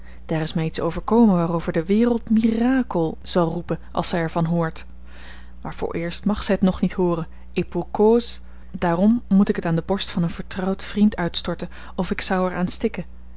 daar is mij iets overkomen waarover de wereld mirakel zal roepen als zij er van hoort maar vooreerst mag zij t nog niet hooren et pour cause daarom moet ik het aan de borst van een vertrouwd vriend uitstorten of ik zou er aan stikken